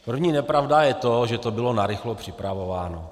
První nepravda je to, že to bylo narychlo připravováno.